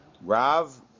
Rav